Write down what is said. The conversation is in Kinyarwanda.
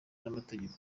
n’amategeko